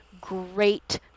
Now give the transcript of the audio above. Great